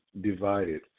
divided